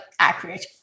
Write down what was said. Accurate